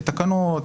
תקנות,